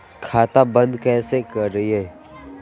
खाता बंद कैसे करिए?